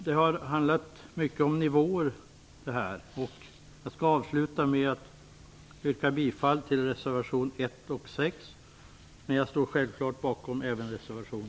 Detta har handlat mycket om nivåer. Jag yrkar avslutningsvis bifall till reservationerna 1 och 6, men jag står självfallet bakom även reservation